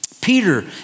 Peter